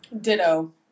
Ditto